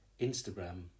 instagram